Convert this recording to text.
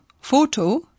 photo